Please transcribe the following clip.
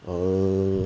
err